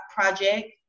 project